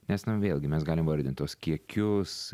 nes nu vėlgi mes galim vardint tuos kiekius